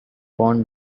born